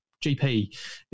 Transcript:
GP